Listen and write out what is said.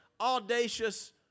audacious